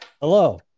Hello